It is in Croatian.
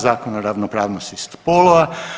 Zakona o ravnopravnosti spolova.